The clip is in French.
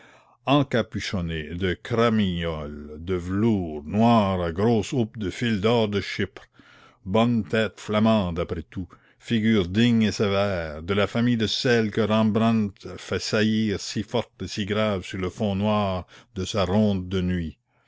encapuchonnés de cramignoles de velours noir à grosses houppes de fil d'or de chypre bonnes têtes flamandes après tout figures dignes et sévères de la famille de celles que rembrandt fait saillir si fortes et si graves sur le fond noir de sa ronde de nuit